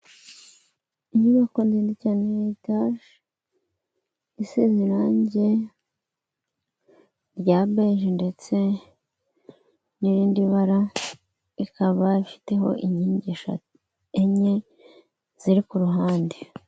Inyubako ndende cyane ya etaje, isize irange rya bege ndetse n'irindi bara, ikaba ifiteho inkingi enye, ziri ku ruhande.